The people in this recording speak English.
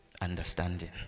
Understanding